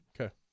Okay